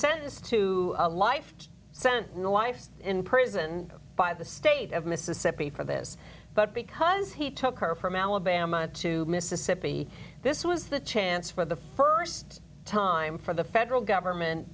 sentenced to a life sentence wifes in prison by the state of mississippi for this but because he took her from alabama to mississippi this was the chance for the st time for the federal government